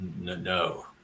No